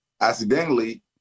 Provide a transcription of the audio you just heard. accidentally